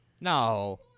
No